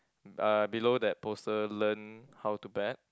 uh below that poster learn how to bet